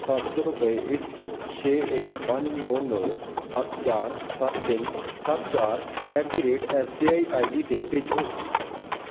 ਸੱਤ ਸੌ ਰੁਪਏ ਇਸ ਛੇ ਇੱਕ ਪੰਜ ਨੌ ਨੌ ਸੱਤ ਚਾਰ ਸੱਤ ਤਿੰਨ ਸੱਤ ਚਾਰ at the rate S B I I D 'ਤੇ ਭੇਜੋ